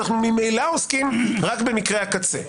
אנו ממילא עוסקים רק במקרי הקצה.